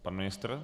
Pan ministr?